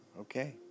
okay